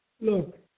look